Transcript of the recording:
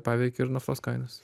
paveikė ir naftos kainas